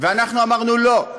אנחנו אמרנו: לא.